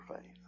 faith